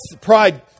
pride